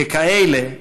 ככאלה,